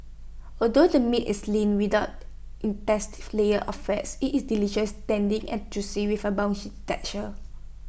although the meat is lean without layers of fats IT is delicious tender and juicy with A bouncy texture